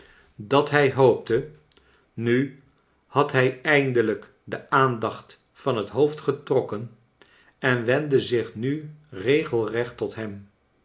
dat hij hoopte nu had hij eindelijk de aandacht van het hoofd getrokken en wendde zich nu regelrecht tot hem